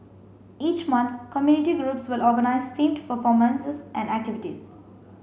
each month community groups will organise themed performances and activities